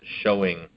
showing